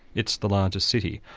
it's the largest city.